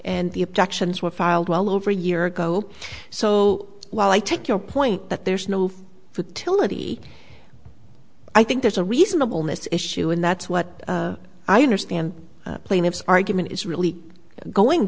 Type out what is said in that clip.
and the objections were filed well over a year ago so while i take your point that there's no fertility i think there's a reasonable miss issue and that's what i understand plaintiff's argument is really going